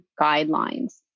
guidelines